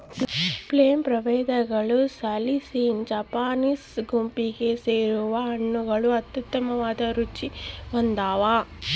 plum ಪ್ರಭೇದಗಳು salicina Japanese ಗುಂಪಿಗೆ ಸೇರ್ಯಾವ ಹಣ್ಣುಗಳು ಅತ್ಯುತ್ತಮ ರುಚಿ ಹೊಂದ್ಯಾವ